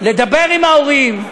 לדבר עם ההורים,